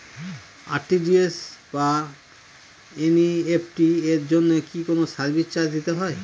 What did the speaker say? RTGS বা NEFT এর জন্য কি কোনো সার্ভিস চার্জ দিতে হয়?